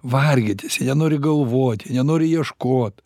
vargintis jie nenori galvot jie nenori ieškot